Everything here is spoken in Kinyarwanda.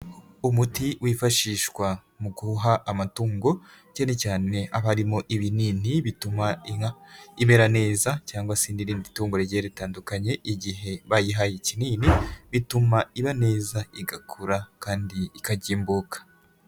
Umuti wifashishwa mu guha amatungo cyane cyane aba arimo ibinini bituma inka imera neza cyangwa se n'irindi tungo rigiye ritandukanye igihe bayihaye kinini bituma iba neza igakura kandi ikagimbuka.